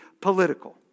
political